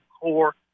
core